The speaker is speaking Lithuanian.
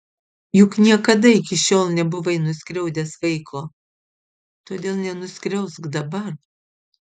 juk niekada iki šiol nebuvai nuskriaudęs vaiko todėl nenuskriausk dabar